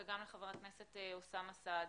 וגם לחבר הכנסת אוסאמה סעדי.